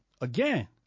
again